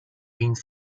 being